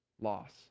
loss